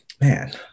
man